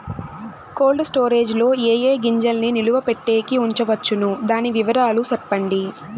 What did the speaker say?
Cold storage లో ఏ ఏ గింజల్ని నిలువ పెట్టేకి ఉంచవచ్చును? దాని వివరాలు సెప్పండి?